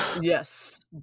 Yes